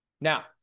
now